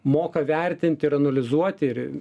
moka vertinti ir analizuoti ir